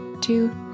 two